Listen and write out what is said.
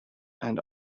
and